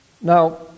now